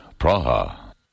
Praha